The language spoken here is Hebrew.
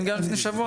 גדולה,